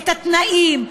את התנאים,